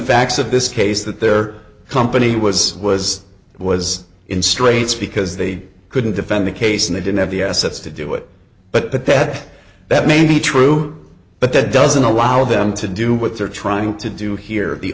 facts of this case that their company was was it was in straits because they couldn't defend the case and they didn't have the assets to do it but they said that may be true but that doesn't allow them to do what they're trying to do here the